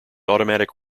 automatic